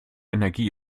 energie